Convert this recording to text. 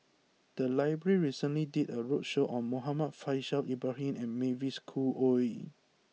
the library recently did a roadshow on Muhammad Faishal Ibrahim and Mavis Khoo Oei